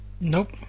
Nope